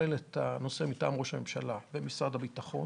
שמתכלל את הנושא מטעם ראש הממשלה ומשרד הביטחון,